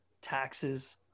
taxes